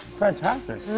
fantastic.